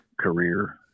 career